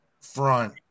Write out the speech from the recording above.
front